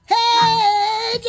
Hey